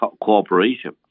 cooperation